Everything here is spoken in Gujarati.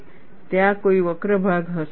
ત્યાં કોઈ વક્ર ભાગ હશે નહીં